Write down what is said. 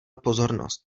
pozornost